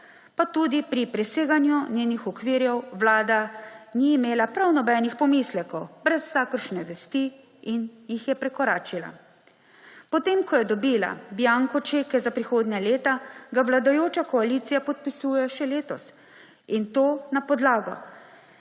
pa tudi pri preseganju njenih okvirov Vlada ni imela prav nobenih pomislekov, brez vsakršne vesti in jih je prekoračila. Potem ko je dobila bianco čeke za prihodnja leta, ga vladajoča koalicija podpisuje še letos in to na podlago